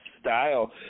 style